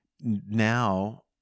now